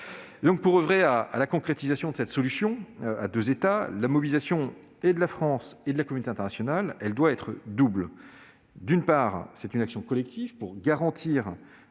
? Pour oeuvrer à la concrétisation de cette solution à deux États, la mobilisation de la France et de la communauté internationale doit être double : d'une part, il faut une action collective pour garantir